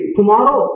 Tomorrow